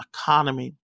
economy